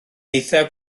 eithaf